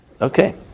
Okay